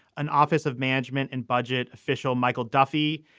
an office of management and budget official michael duffy,